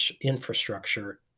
infrastructure